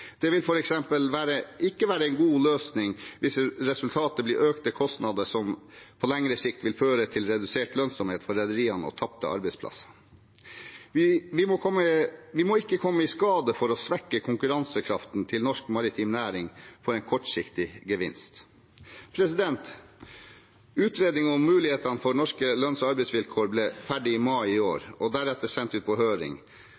Det vil f.eks. ikke være en god løsning hvis resultatet blir økte kostnader som på lengre sikt vil føre til redusert lønnsomhet for rederiene og tapte arbeidsplasser. Vi må ikke komme i skade for å svekke konkurransekraften til norsk maritim næring for en kortsiktig gevinst. Utredningen om mulighetene for norske lønns- og arbeidsvilkår ble ferdig i mai i